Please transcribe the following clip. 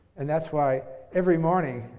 and that's why every morning,